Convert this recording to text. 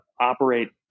operate